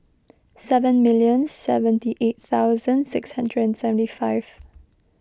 seven million seventy eight thousand six hundred and seventy five